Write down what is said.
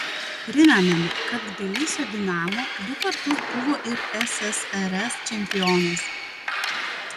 primename kad tbilisio dinamo du kartus buvo ir ssrs čempionas